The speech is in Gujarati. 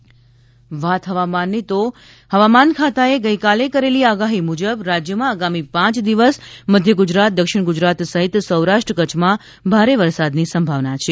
વરસાદ હવામાન ખાતાએ ગઇકાલે કરેલી આગાહી મુજબ રાજ્યમાં આગામી પાંચ દિવસ મધ્યગુજરાત દક્ષિણ ગુજરાત સહિત સૌરાષ્ટ્ર કચ્છમાં ભારે વરસાદની સંભાવના છે